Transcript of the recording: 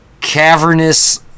cavernous